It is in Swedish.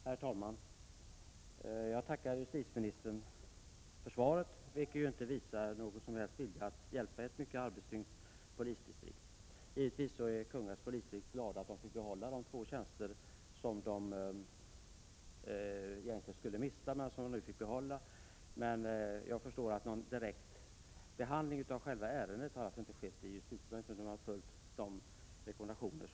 Herr talman! Jag tackar justitieministern för svaret, vilket dock inte visar på någon som helst vilja att hjälpa ett mycket arbetstyngt polisdistrikt. Givetvis är man i Kungälvs polisdistrikt glad över att man har fått behålla de två tjänster som man egentligen skulle mista. Jag förstår att någon direkt behandling av själva ärendet inte har skett i justitiedepartementet, utan man har följt givna rekommendationer.